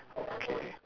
okay